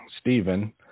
Stephen